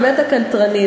באמת הקנטרני,